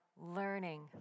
learning